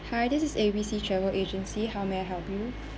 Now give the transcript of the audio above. hi this is A B C travel agency how may I help you